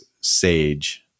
sage